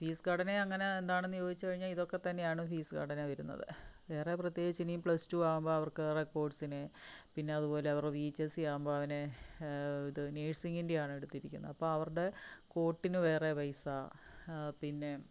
അപ്പ ഫീസ്ഘടന അങ്ങനെ എന്താണെന്ന്ന്ന് ചോദിച്ചച്ച് കഴിഞ്ഞാ ഇതൊക്കെ തന്നെയാണ് ഫീസ്ടന വരുന്നത് വേറെ പ്രത്യേകിച്ച് ഇനി പ്ലസ്സ്ടു ആവുമ്പോ അവർക്ക് റെകോട്സിന് പിന്നെ അതുപോലെ അവർടെ വി എച്ചേസി ആകുമ്പോ അവനെ ഇത് നേഴ്സിങ്ങിൻ്റെ ആണ് എടുത്തിരിക്കുന്നത് അപ്പ അവർടെ കോട്ടിന് വേറെ പൈസ പിന്നെ